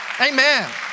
amen